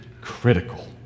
critical